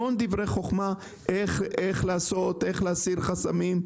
עם המון דברי חוכמה לגבי איך להסיר חסמים.